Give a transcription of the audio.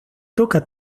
toca